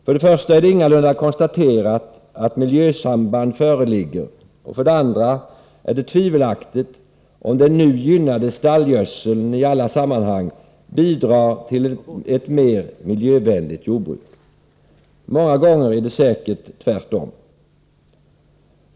För det första är det ingalunda konstaterat att miljösamband föreligger, och för det andra är det tvivelaktigt om den nu gynnade stallgödseln i alla sammanhang bidrar till ett mer miljövänligt jordbruk. Många gånger är det säkert tvärtom.